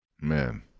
man